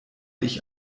ich